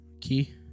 Key